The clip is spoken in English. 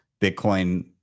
Bitcoin